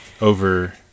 over